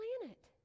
planet